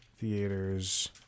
Theaters